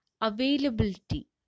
availability